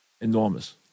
Enormous